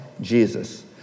Jesus